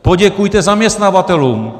Poděkujte zaměstnavatelům.